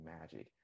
magic